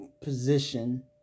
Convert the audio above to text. position